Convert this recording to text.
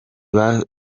basabye